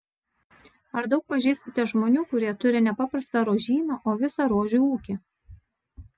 ar daug pažįstate žmonių kurie turi ne paprastą rožyną o visą rožių ūkį